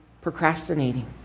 procrastinating